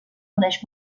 coneix